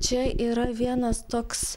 čia yra vienas toks